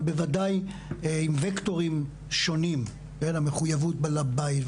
אבל בוודאי עם וקטורים שונים בין המחויבות לבית,